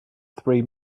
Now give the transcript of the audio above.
three